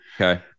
Okay